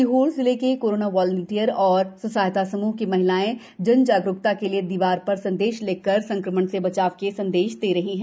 सीहोर जिले के corona volunteer एवं स्व सहायता समूह की महिलाएं जन जागरूकता के लिए दीवार प्रर संदेश लिखकर संक्रमण से बचाव के सन्देश दे रहे है